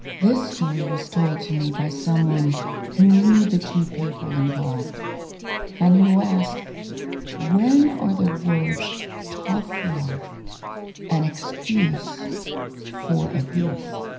this story was told to me by someone who knew the two people involved and who asked when are the words tough love an excuse for abuse.